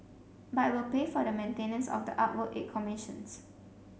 but it will pay for the maintenance of the artwork it commissions